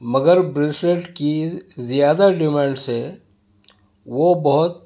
مگر بریسلیٹ کی زیادہ ڈیمانڈ سے وہ بہت